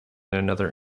another